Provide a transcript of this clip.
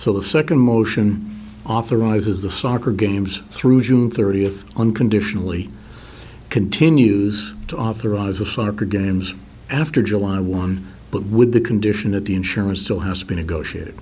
so the second motion authorizes the soccer games through june thirtieth unconditionally continues to authorize a soccer games after july one but with the condition of the insurers so has been to go shit